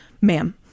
ma'am